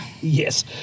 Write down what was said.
Yes